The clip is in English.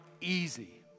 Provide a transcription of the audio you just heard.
easy